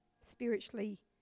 spiritually